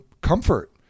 comfort